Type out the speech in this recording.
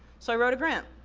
so, i wrote a grant.